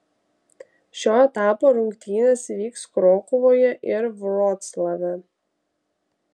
šio etapo rungtynės vyks krokuvoje ir vroclave